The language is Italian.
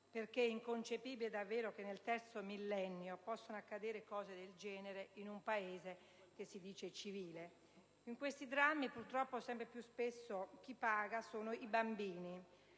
perché è inconcepibile davvero che, nel terzo millennio, possano accadere fatti del genere in un Paese che si dice civile. In drammi del genere, purtroppo, sempre più spesso chi paga sono i bambini,